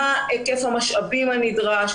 מה היקף המשאבים הנדרש,